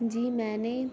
جی میں نے